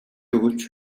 өгөөч